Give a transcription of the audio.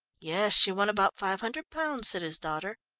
yes. she won about five hundred pounds, said his daughter.